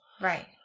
right